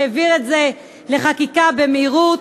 שהעביר את זה לחקיקה במהירות,